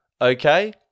Okay